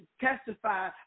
testify